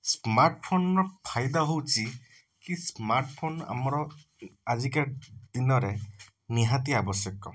smart phone ର ଫାଇଦା ହେଉଛି କି ସ୍ମାର୍ଟ୍ ଫୋନ ଆମର ଆଜିକା ଦିନରେ ନିହାତି ଆବଶ୍ୟକ